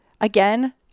again